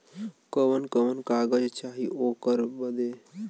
कवन कवन कागज चाही ओकर बदे?